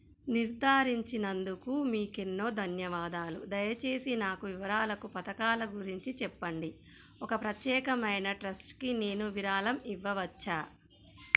నిర్ధారించినందుకు మీకేన్నో ధన్యవాదాలు దయచేసి నాకు వివరాలకు పథకాల గురించి చెప్పండి ఒక ప్రత్యేకమైన ట్రస్ట్కి నేను విరాళం ఇవ్వవచ్చా